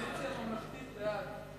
מי בעד?